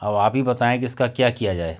अब आप ही बताएँ कि इसका क्या किया जाए